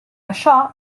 això